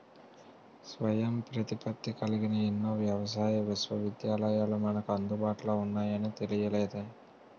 స్వయం ప్రతిపత్తి కలిగిన ఎన్నో వ్యవసాయ విశ్వవిద్యాలయాలు మనకు అందుబాటులో ఉన్నాయని తెలియలేదే